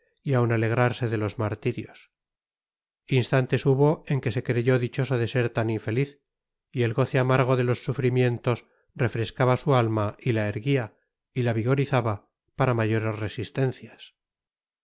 y aun alegrarse de los martirios instantes hubo en que se creyó dichoso de ser tan infeliz y el goce amargo de los sufrimientos refrescaba su alma y la erguía y la vigorizaba para mayores resistencias